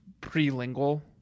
pre-lingual